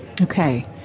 Okay